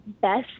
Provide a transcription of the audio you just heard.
best